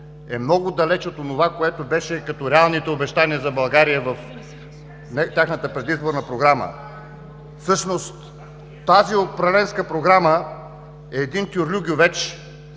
е много далече от онова, което беше като „реалните обещания за България“ в тяхната предизборна програма. Всъщност тази управленска програма е един тюрлюгювеч,